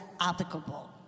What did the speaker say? applicable